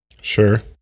Sure